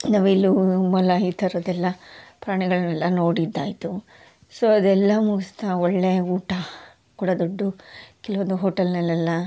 ನವಿಲು ಮೊಲ ಈ ಥರದ್ದೆಲ್ಲ ಪ್ರಾಣಿಗಳನ್ನೆಲ್ಲ ನೋಡಿದ್ದಯಿತು ಸೊ ಅದೆಲ್ಲ ಮುಗ್ಸ್ತಾ ಒಳ್ಳೆಯ ಊಟ ಕೂಡ ದೊಡ್ಡ ಕೆಲವೊಂದು ಹೋಟೆಲ್ನಲ್ಲೆಲ್ಲ